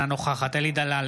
אינה נוכחת אלי דלל,